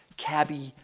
cabbie,